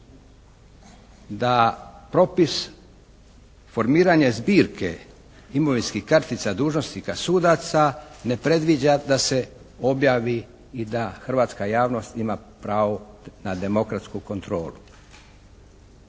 da propis formiranja zbirke imovinskih kartica dužnosnika sudaca ne predviđa da se objavi i da hrvatska javnost ima pravo na demokratsku kontrolu